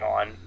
on